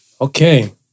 Okay